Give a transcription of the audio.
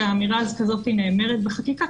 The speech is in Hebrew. שאמירה כזאת נאמרת בחקיקה,